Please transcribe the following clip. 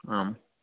आम्